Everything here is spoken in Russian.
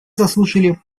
заслушали